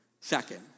Second